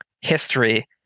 history